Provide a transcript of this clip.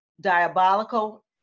diabolical